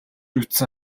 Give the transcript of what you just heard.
үзсэн